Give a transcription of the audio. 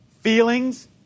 Feelings